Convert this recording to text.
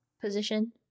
position